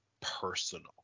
personal